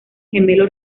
gemelo